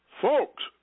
folks